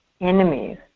enemies